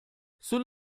sul